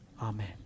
Amen